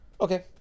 Okay